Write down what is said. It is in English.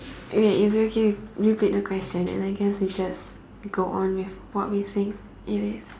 wait is it okay if you repeat question and I guess we just go on with what we saying is it